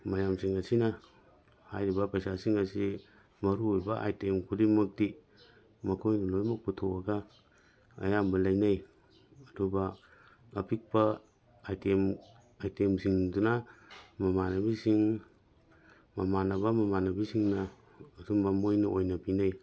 ꯃꯌꯥꯝꯁꯤꯡ ꯑꯁꯤꯅ ꯍꯥꯏꯔꯤꯕ ꯄꯩꯁꯥꯁꯤꯡ ꯑꯁꯤ ꯃꯔꯨ ꯑꯣꯏꯕ ꯑꯥꯏꯇꯦꯝ ꯈꯨꯗꯤꯡꯃꯛꯇꯤ ꯃꯈꯣꯏꯕꯨ ꯂꯣꯏꯃꯛ ꯄꯨꯊꯣꯛꯑꯒ ꯑꯌꯥꯝꯕ ꯂꯩꯅꯩ ꯑꯗꯨꯒ ꯑꯄꯤꯛꯄ ꯑꯥꯏꯇꯦꯝꯁꯤꯡꯗꯨꯅ ꯃꯃꯥꯟꯅꯕꯤꯁꯤꯡ ꯃꯃꯥꯟꯅꯕ ꯃꯃꯥꯟꯅꯕꯤꯁꯤꯡꯅ ꯑꯗꯨꯝꯕ ꯃꯣꯏꯅ ꯑꯣꯏꯅ ꯄꯤꯅꯩ